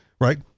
right